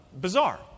bizarre